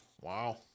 Wow